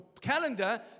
calendar